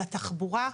לתחבורה,